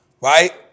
Right